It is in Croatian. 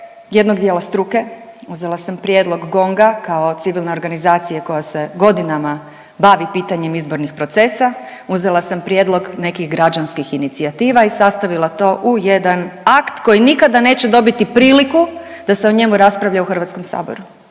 jednog dijela struke, uzela sam prijedlog GONG-a kao civilne organizacije koja se godinama bavi pitanjem izbornih procesa, uzela sam prijedlog nekih građanskih inicijativa i sastavila to u jedan akt koji nikada neće dobiti priliku da se o njemu raspravlja u HS-u za